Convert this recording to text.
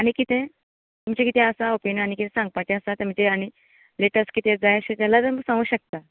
आनी कितें तुमचें कितें आसा ओपिन्यन आनी कितें सांगपाचें आसा तुमचें आनी लेटस्ट कितें जाय आशिल्लें जाल्यार तुमी सांगूं शकता